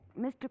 Mr